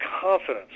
confidence